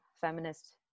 feminist